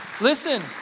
Listen